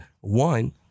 One